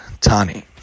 Tani